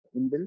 inbuilt